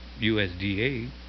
USDA